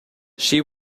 she